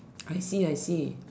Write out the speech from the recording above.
I see I see